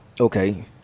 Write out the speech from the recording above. okay